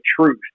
truth